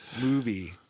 movie